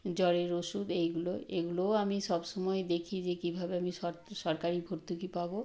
জ্বরের ওষুধ এইগুলো এগুলোও আমি সবসময় দেখি যে কীভাবে আমি সরকারি ভর্তুকি পাব